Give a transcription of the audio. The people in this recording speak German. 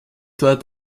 dort